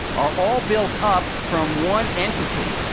are all built up from one entity.